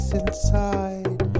inside